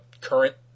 current